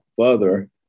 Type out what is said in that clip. Further